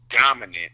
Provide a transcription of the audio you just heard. dominant